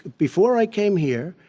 before i came here,